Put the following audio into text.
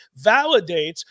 validates